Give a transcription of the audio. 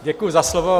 Děkuji za slovo.